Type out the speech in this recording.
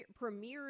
premiered